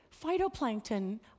Phytoplankton